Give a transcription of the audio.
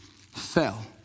fell